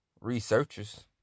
researchers